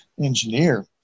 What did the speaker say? engineer